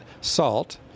salt